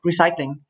recycling